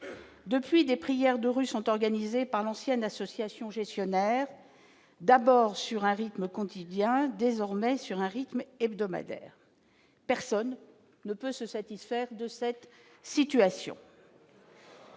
depuis des prières de rue sont organisés par l'ancienne association gestionnaire d'abord sur un rythme quand il y a un désormais sur un rythme hebdomadaire, personne ne peut se satisfaire de cette situation.